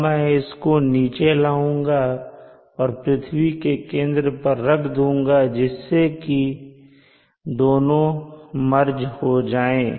अब मैं इसको नीचे लाऊंगा और पृथ्वी के केंद्र पर रख दूँगा जिससे दोनों मर्ज हो जाए